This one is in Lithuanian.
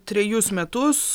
trejus metus